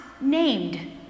named